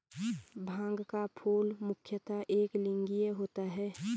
भांग का फूल मुख्यतः एकलिंगीय होता है